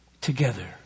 together